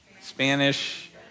Spanish